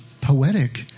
poetic